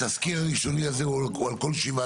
התסקיר הראשוני הוא על כל השבעה?